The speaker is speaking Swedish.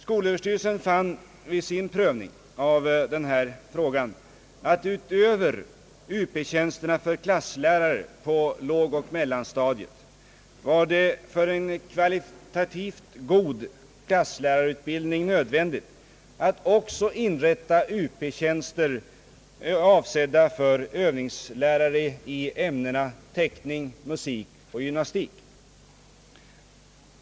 Skolöverstyrelsen fann vid sin prövning av den här frågan, att utöver Uptjänster för klasslärare på lågoch mellanstadiet var det för en kvalitativt god klasslärarutbildning nödvändigt att också inrätta Up-tjänster avsedda för övningslärare i ämnena teckning, musik och gymnastik.